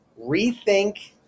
rethink